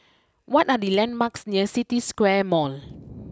what are the landmarks near City Square Mall